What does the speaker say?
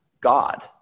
God